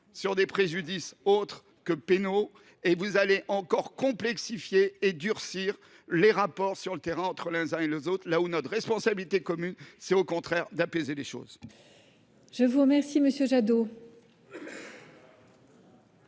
sur des préjudices autres que pénaux. Vous allez encore complexifier et durcir, sur le terrain, les rapports entre les uns et les autres, là où notre responsabilité commune est au contraire d’apaiser les choses.